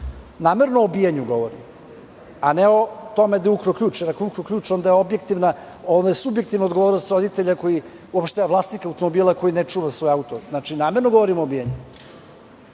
Namerno o obijanju govorim, a ne o tome da je ukrao ključ, da je ukrao ključ onda je subjektivna odgovornost roditelja, vlasnika automobila koji ne čuva svoj auto. Znači, namerno govori o obijanju.